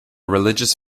religious